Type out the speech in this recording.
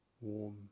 warm